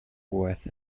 worth